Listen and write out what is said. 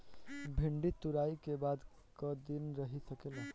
भिन्डी तुड़ायी के बाद क दिन रही सकेला?